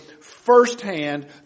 firsthand